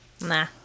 Nah